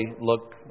look